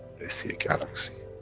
they see a galaxy,